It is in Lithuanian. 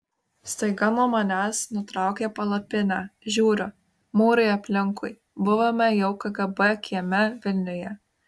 staiga nuo manęs nutraukė palapinę žiūriu mūrai aplinkui buvome jau kgb kieme vilniuje